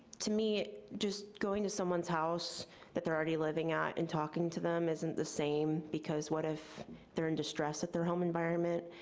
to me, just going to someone's house that they're already living at and talking to them isn't the same because what if they're in distress at their home environment?